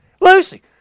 Lucy